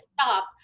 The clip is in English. stop